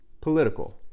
political